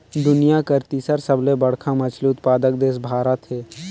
दुनिया कर तीसर सबले बड़खा मछली उत्पादक देश भारत हे